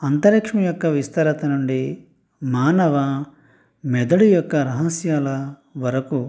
అంతరిక్షం యొక్క విస్తాస్తరత నుండి మానవ మెదడు యొక్క రహస్యాల వరకు